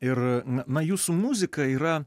ir na na jūsų muzika yra